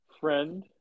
friend